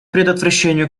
предотвращению